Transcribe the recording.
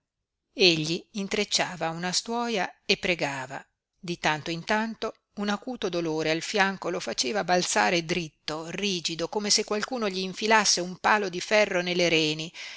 egli intrecciava una stuoia e pregava di tanto in tanto un acuto dolore al fianco lo faceva balzare dritto rigido come se qualcuno gli infilasse un palo di ferro nelle reni